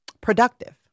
productive